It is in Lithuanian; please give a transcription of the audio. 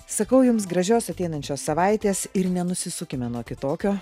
sakau jums gražios ateinančios savaitės ir nenusisukime nuo kitokio